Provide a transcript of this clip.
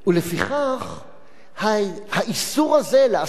האיסור הזה לעסוק בחוקי-יסוד,